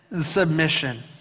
submission